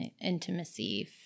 intimacy